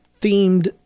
themed